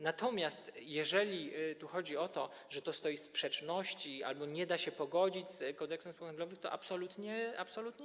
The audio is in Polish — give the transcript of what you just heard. Natomiast jeżeli chodzi o to, że to stoi w sprzeczności, albo nie da się pogodzić z Kodeksem spółek handlowych, to absolutnie nie.